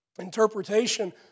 interpretation